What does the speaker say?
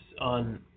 on